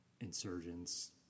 insurgents